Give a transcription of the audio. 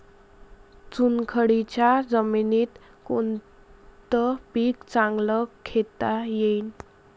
चुनखडीच्या जमीनीत कोनतं पीक चांगलं घेता येईन?